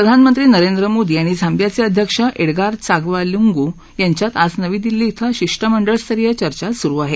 प्रधानमंत्री नरेन्द्र मोदी आणि झाम्बियाचे अध्यक्ष एड्गार चाग्वा लुंगु यांच्यात आज नवी दिल्ली इथं शिष्टमंडळस्तरीय चर्चा सुरु आहे